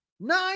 Nine